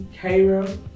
Cairo